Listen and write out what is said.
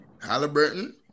Halliburton